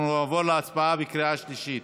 אנחנו נעבור להצבעה בקריאה שלישית.